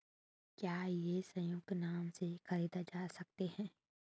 क्या ये संयुक्त नाम से खरीदे जा सकते हैं?